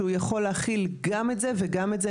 שהוא יכול להכיל גם את זה וגם את זה.